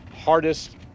hardest